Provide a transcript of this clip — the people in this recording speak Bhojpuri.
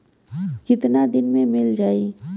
कितना दिन में मील जाई?